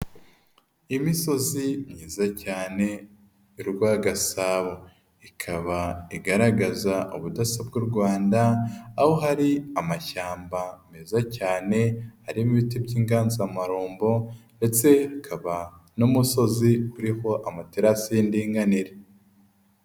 Imisozi myiza cyane y'u Rwagasabo, ikaba igaragaza ubudasa bw' u Rwanda, aho hari amashyamba meza cyane, arimo ibiti by'inganzamarombo ndetse hakaba n'umusozi uriho amaterasi y'indinganire.